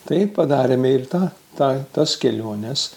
tai padarėme ir tą ta tas keliones